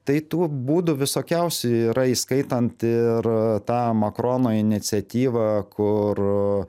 tai tų būdų visokiausių yra įskaitant ir tą makrono iniciatyvą kur